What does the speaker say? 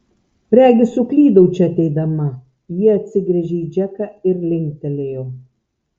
regis suklydau čia ateidama ji atsigręžė į džeką ir linktelėjo